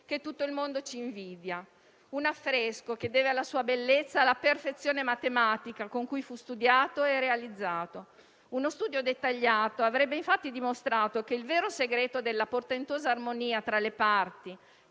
che tutto il mondo ci invidia. Quest'ultimo è un affresco che deve la sua bellezza alla perfezione matematica con cui fu studiato e realizzato. Uno studio dettagliato avrebbe infatti dimostrato che il vero segreto della portentosa armonia tra le parti,